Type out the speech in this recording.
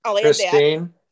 Christine